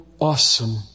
awesome